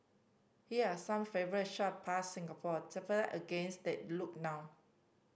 here are some favourite shot past Singapore tape against they look now